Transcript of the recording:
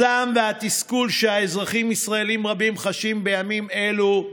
הזעם והתסכול שאזרחים ישראלים רבים חשים בימים אלו.